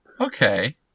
okay